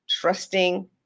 trusting